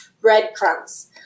breadcrumbs